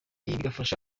bigafasha